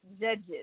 judges